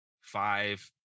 five